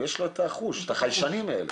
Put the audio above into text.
יש לו את החוש, החיישנים האלה.